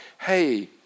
Hey